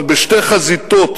אבל בשתי חזיתות